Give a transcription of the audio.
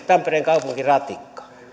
tampereen kaupunkiratikka